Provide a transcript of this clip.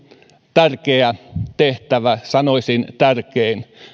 tärkeä tehtävä sanoisin tärkein